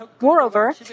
Moreover